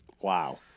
Wow